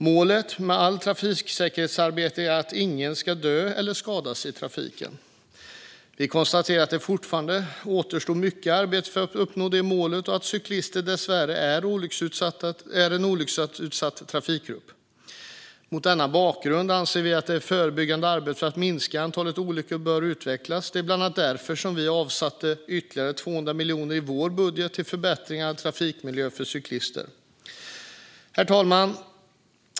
Målet med allt trafiksäkerhetsarbete är att ingen ska dö eller skadas i trafiken. Vi konstaterar att det fortfarande återstår mycket arbete för att uppnå detta mål och att cyklister dessvärre är en olycksutsatt trafikantgrupp. Mot denna bakgrund anser vi att det förebyggande arbetet för att minska antalet olyckor bör utvecklas. Det är bland annat därför som vi avsätter ytterligare 200 miljoner i vår budget till förbättringar av trafikmiljön för cyklister. Herr talman!